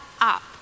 up